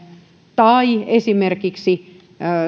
tai esimerkiksi